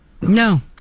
No